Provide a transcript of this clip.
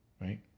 right